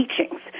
teachings